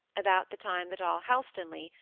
about the time that all helstonleigh,